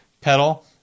pedal